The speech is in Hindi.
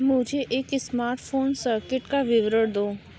मुझे एक स्मार्टफ़ोन सर्किट का विवरण दो